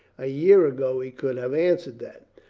a year ago he could have answered that.